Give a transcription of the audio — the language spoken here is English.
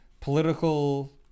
political